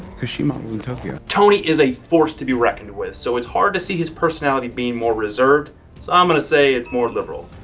because she modeled in tokyo. tony is a force to be reckoned with so it's hard to see his personality as being more reserved, so i'm gonna say it's more liberal.